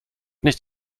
nicht